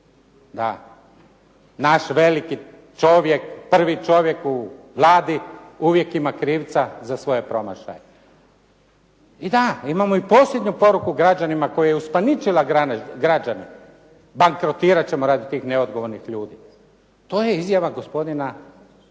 Da, naš veliki čovjek, prvi čovjek u Vladi uvijek ima krivca za svoje promašaje. I da, imamo i posljednju poruku građanima koja je uspaničila građane, bankrotirati ćemo radi tih neodgovornih ljudi. To je izjava gospodina